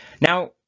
Now